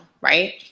right